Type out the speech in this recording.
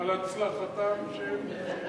על הצלחתם של המתנחלים?